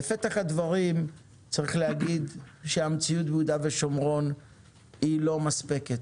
בפתח הדברים צריך להגיד שהמציאות ביהודה ושומרון היא לא מספקת.